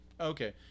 Okay